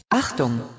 Achtung